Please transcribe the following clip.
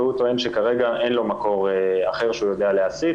והוא טוען שכרגע אין לו מקור אחר שהוא יודע להסית,